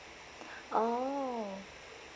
oh